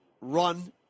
run